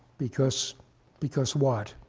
because because what?